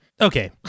Okay